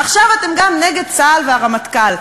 עכשיו אתם גם נגד צה"ל והרמטכ"ל.